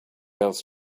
else